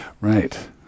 right